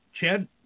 Chad